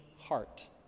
heart